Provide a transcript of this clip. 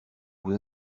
vous